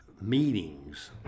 meetings